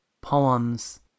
poems